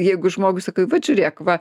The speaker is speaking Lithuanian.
jeigu žmogui saka vat žiūrėk va